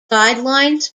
guidelines